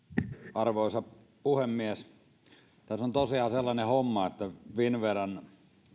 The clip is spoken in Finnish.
arvoisa puhemies tässä on tosiaan sellainen homma että finnveran